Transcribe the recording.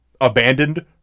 abandoned